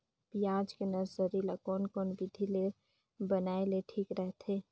पियाज के नर्सरी ला कोन कोन विधि ले बनाय ले ठीक रथे?